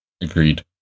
Agreed